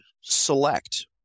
select